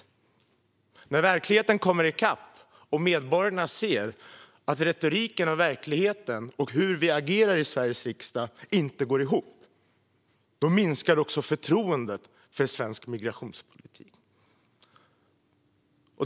Men när verkligheten kommer i kapp och medborgarna ser att retoriken och verkligheten och hur vi agerar i Sveriges riksdag inte går ihop minskar också förtroendet för svensk migrationspolitik.